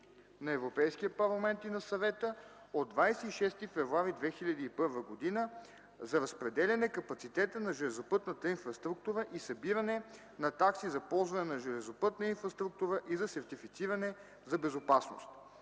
на Европейския парламент и на Съвета от 26 февруари 2001 г. за разпределяне капацитета на железопътната инфраструктура и събиране на такси за ползване на железопътна инфраструктура и за сертифициране за безопасност.